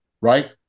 right